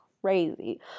crazy